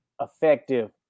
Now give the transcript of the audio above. effective